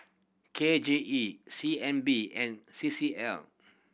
K J E C N B and C C L